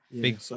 Big